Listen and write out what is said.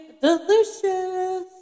delicious